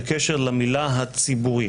בקשר למילה "הציבורי".